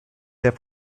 des